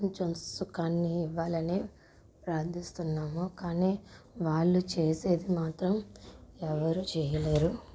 కొంచెం సుఖాన్ని ఇవ్వాలనే ప్రార్థిస్తున్నాము కానీ వాళ్ళు చేసేది మాత్రం ఎవ్వరు చెయ్యలేరు